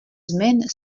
żmien